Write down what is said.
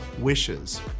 wishes